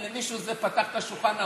למישהו זה פתח את השולחן ערוך,